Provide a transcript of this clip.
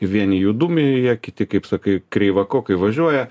vieni jų dūmija kiti kaip sakai kreivokokai važiuoja